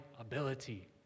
ability